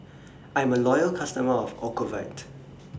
I'm A Loyal customer of Ocuvite